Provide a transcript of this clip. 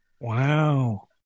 Wow